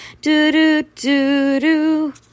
Do-do-do-do